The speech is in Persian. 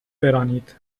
برانید